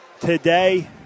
today